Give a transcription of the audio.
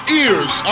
ears